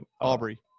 Aubrey